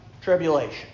tribulation